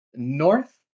North